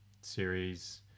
series